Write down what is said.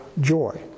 joy